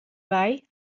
wei